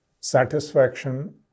satisfaction